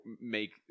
make